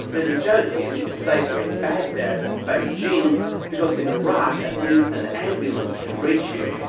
there's a joke here that you're safer in baghdad than beijing because in iraq at least an ambulance can reach you.